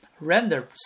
render